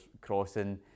crossing